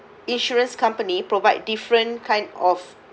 insurance company provide different kind of